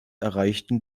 erreichten